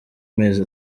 mezi